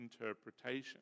interpretation